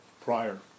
prior